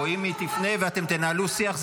או אם היא תפנה ואתם תנהלו שיח,